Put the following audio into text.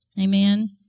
Amen